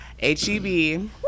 H-E-B